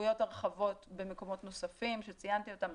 צפויות הרחבות במקומות נוספות שציינתי אותם,